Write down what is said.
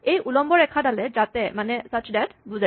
এই উলম্ব ৰেখাডালে যাতে মানে চাচ্চ ডেট বুজায়